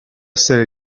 essere